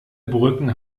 brücken